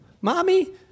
Mommy